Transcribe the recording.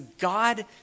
God